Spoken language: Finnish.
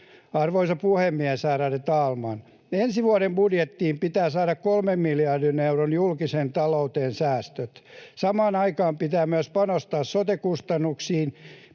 Arvoisa puhemies, ärade talman! Ensi vuoden budjettiin pitää saada 3 miljardin euron julkisen talouden säästöt. Samaan aikaan pitää myös panostaa sote-kustannuksiin.